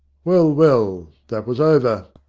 well, well, that was over.